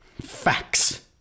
Facts